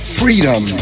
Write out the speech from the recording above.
freedom